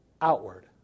outward